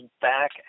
back